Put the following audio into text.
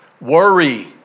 worry